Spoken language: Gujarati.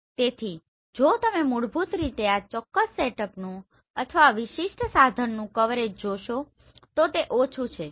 તેથી જો તમે મૂળભૂત રીતે આ ચોક્કસ સેટઅપનું અથવા આ વિશિષ્ટ સાધનનુ કવરેજ જોશો તો તે ઓછું છે